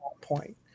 point